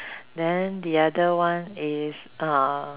then the other one is uh